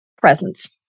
presence